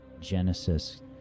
Genesis